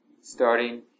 Starting